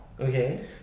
Okay